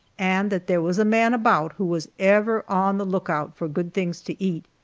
and that there was a man about who was ever on the lookout for good things to eat.